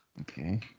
okay